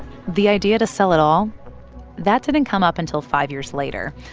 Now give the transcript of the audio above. the idea to sell it all that didn't come up until five years later.